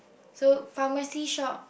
so pharmacy shop